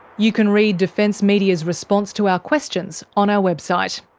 you can read defence media's response to our questions on our website.